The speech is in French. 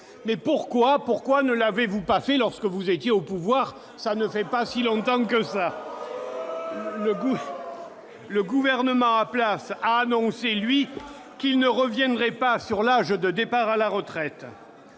! Pourquoi ne l'avez-vous pas fait lorsque vous étiez au pouvoir, il n'y a pas si longtemps ? Le gouvernement en place a annoncé qu'il ne reviendrait pas sur l'âge de départ à la retraite.